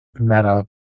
meta